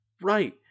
Right